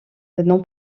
non